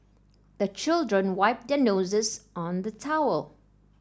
the children wipe their noses on the towel